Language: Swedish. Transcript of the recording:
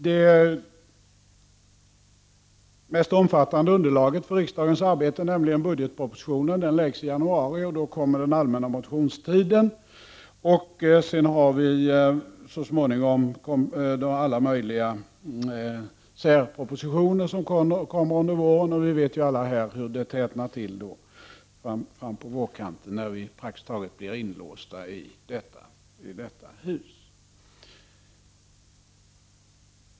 Det mest omfattande underlaget för riksdagens arbete, nämligen budgetpropositionen, läggs ju i januari. Då kommer den allmänna motionstiden, och så småningom har vi alla möjliga särpropositioner som kommer under våren. Vi vet ju alla här hur det tätnar till fram på vårkanten, när vi praktiskt taget blir inlåsta i detta hus.